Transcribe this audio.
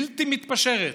בלתי מתפשרת: